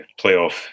playoff